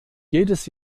jedes